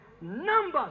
Numbers